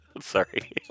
Sorry